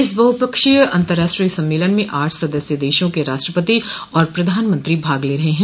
इस बहुपक्षीय अंतर्राष्ट्रीय सम्मेलन में आठ सदस्य देशों के राष्ट्रपति और प्रधानमंत्री भाग ले रहे हैं